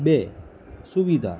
બે સુવિધા